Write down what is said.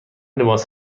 لباس